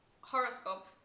horoscope